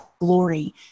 glory